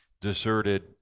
deserted